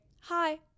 hi